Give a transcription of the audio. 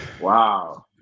wow